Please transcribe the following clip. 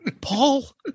Paul